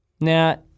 Now